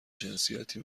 جنسیتی